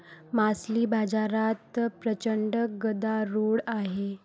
मासळी बाजारात प्रचंड गदारोळ आहे